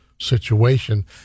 situation